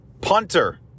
Punter